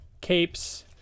Capes